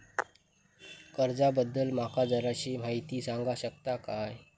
कर्जा बद्दल माका जराशी माहिती सांगा शकता काय?